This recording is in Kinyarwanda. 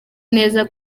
neza